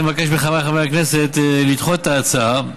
אני מבקש מחבריי חברי הכנסת לדחות את ההצעה,